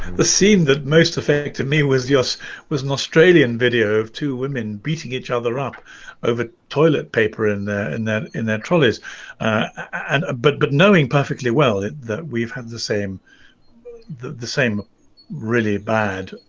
the scene that most affected me was just was an australian video of two women beating each other up over toilet paper in there and then in their trolleys and but but knowing perfectly well that we've had the same the the same really bad,